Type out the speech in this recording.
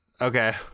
Okay